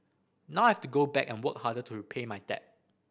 now I have to go back and work harder to repay my debt